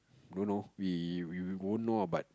do you know maybe we won't know ah but